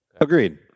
Agreed